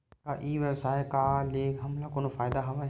का ई व्यवसाय का ले हमला कोनो फ़ायदा हवय?